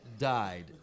died